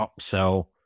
upsell